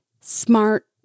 smart